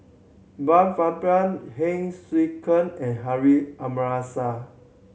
Brian Farrell Heng Swee Keat and Harun Aminurrashid